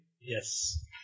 Yes